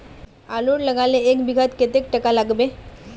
आलूर लगाले एक बिघात कतेक टका लागबे?